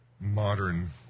modern